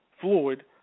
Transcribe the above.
Floyd